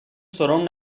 سرم